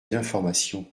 d’information